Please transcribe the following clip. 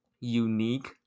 unique